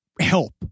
help